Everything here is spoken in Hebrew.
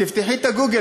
תפתחו את גוגל,